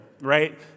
right